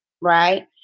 right